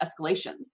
escalations